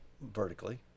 vertically